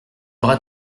bras